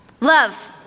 Love